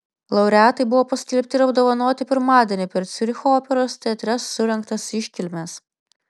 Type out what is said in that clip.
laureatai buvo paskelbti ir apdovanoti pirmadienį per ciuricho operos teatre surengtas iškilmes